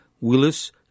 Willis